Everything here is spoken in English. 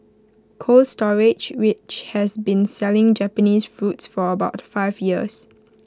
cold storage which has been selling Japanese fruits for about five years